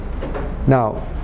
Now